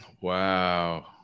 Wow